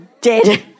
dead